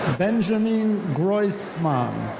benjamin grossman.